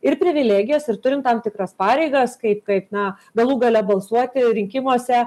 ir privilegijas ir turim tam tikras pareigas kaip kaip na galų gale balsuoti rinkimuose